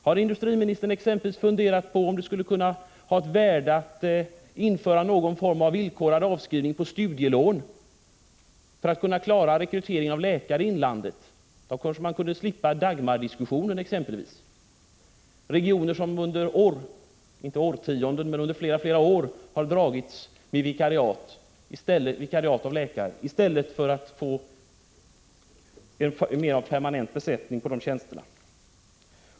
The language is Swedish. Har industriministern funderat på om det skulle vara av värde att införa någon form av villkorad avskrivning på studielån för att klara rekryteringen av läkare till inlandet? Då kanske man kunde slippa Dagmardiskussionen i de regioner som under flera år har dragits med vikariatsläkare i stället för att få en mera permanent besättning på dessa tjänster.